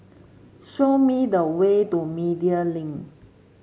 show me the way to Media Link